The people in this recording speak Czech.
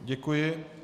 Děkuji.